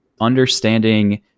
understanding